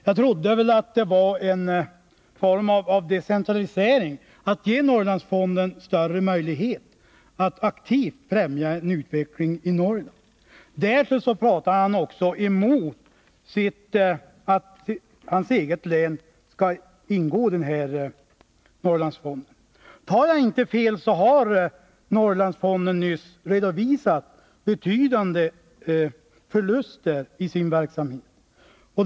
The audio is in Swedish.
Jag trodde att det var en form av decentralisering att ge Norrlandsfonden större möjligheter att aktivt främja utvecklingen i Norrland. Därtill talar han också emot att hans eget län skall ingå i Norrlandsfonden. Om jag inte tar alldeles fel har Norrlandsfonden nyligen redovisat betydande förluster i verksamheten.